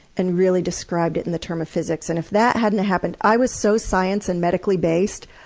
and really described it in the term of physics. and if that hadn't happened i was so science and medically based,